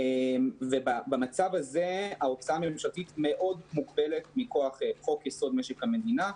במצב הזה ההוצאה הממשלתית מוגבלת מאוד מכוח חוק-יסוד: משק המדינה.